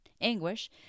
anguish